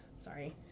Sorry